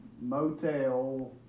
motel